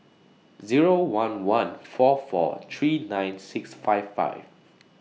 Zero one one four four three nine six five five